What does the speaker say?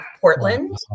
Portland